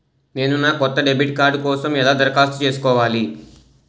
నేను నా కొత్త డెబిట్ కార్డ్ కోసం ఎలా దరఖాస్తు చేసుకోవాలి?